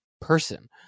person